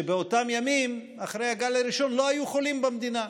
שבאותם ימים אחרי הגל הראשון לא היו חולים במדינה.